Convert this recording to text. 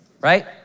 Right